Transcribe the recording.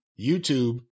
YouTube